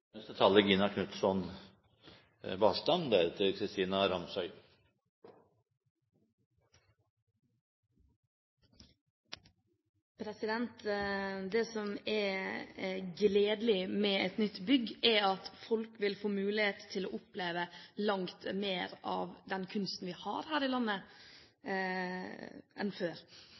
Det som er gledelig med et nytt bygg, er at folk vil få mulighet til å oppleve langt mer enn før av den kunsten vi har her i landet.